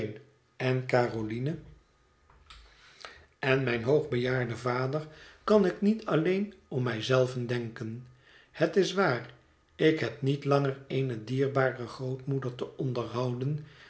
huis line en mijn hoogbejaarden vader kan ik niet alleen om mij zelven denken het is waar ik heb niet langer eene dierbare grootmoeder te onderhouden